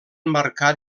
marcar